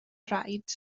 raid